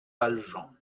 valjean